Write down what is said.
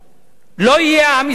לא יהיה עם ישראל.